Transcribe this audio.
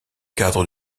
cadre